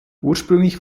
ursprünglich